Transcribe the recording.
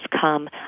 come